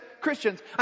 Christians